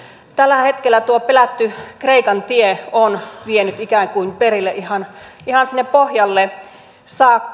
tällä hetkellä tuo pelätty kreikan tie on vienyt ikään kuin perille ihan sinne pohjalle saakka